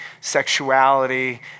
sexuality